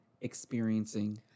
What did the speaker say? experiencing